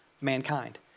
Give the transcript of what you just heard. mankind